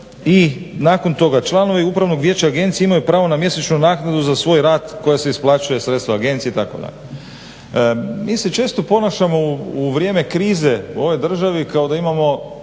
i nakon toga "članovi upravnog vijeća agencije imaju pravo na mjesečnu naknadu za svoj rad koja se isplaćuje iz sredstava agencije" itd. Mi se često ponašamo u vrijeme krize u ovoj državi kao da imamo